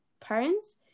parents